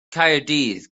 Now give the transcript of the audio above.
caerdydd